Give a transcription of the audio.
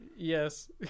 Yes